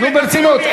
נו, ברצינות.